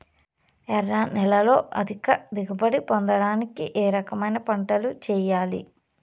ఎర్ర నేలలో అధిక దిగుబడి పొందడానికి ఏ రకమైన పంటలు చేయాలి?